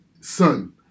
son